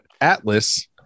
Atlas